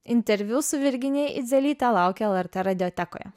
interviu su virginija idzelyte laukia lrt radijotekoje